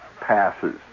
passes